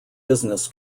business